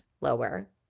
lower